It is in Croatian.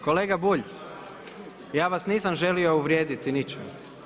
Kolega Bulj, ja vas nisam želilo uvrijediti ničim.